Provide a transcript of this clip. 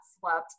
slept